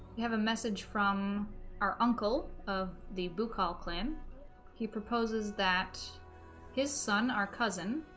you have a message from our uncle of the book all plan he proposes that his son our cousin